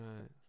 right